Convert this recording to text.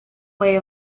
way